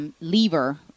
lever